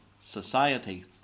Society